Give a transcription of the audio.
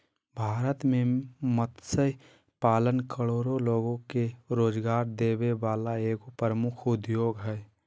भारत में मत्स्य पालन करोड़ो लोग के रोजगार देबे वला एगो प्रमुख उद्योग हइ